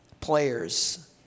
players